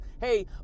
hey